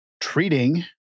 treating